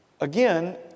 again